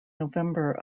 november